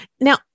now